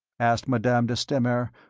asked madame de stamer,